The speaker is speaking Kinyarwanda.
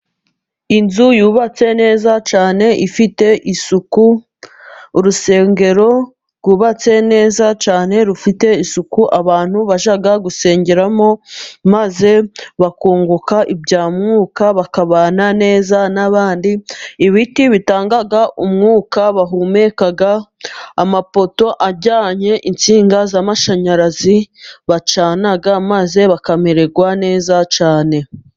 Inzu yubatse neza cyane ifite isuku, urusengero rwubatse neza cyane rufite isuku, abantu bajya gusengeramo maze bakunguka ibya mwuka, bakabana neza n'abandi, ibiti bitanga umwuka bahumeka, amapoto ajyanye insinga z'amashanyarazi, bacana maze bakamererwa neza cyane.